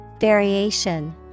Variation